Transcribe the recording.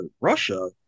russia